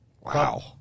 Wow